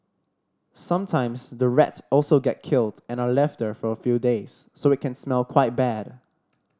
sometimes the rats also get killed and are left there for a few days so it can smell quite bad